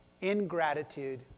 ingratitude